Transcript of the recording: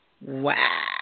Wow